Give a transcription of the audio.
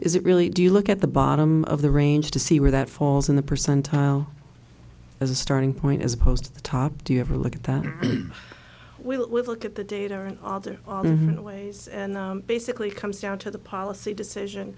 is it really do you look at the bottom of the range to see where that falls in the percentile as a starting point as opposed to the top do you have a look at that or we'll look at the data or an order always and basically comes down to the policy decision